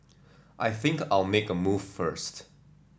I think I'll make a move first